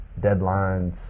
Deadlines